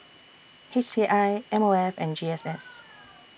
H C I M O F and G S S